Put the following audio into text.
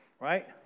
right